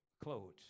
clothes